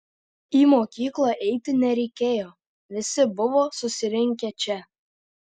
į mokyklą eiti nereikėjo visi buvo susirinkę čia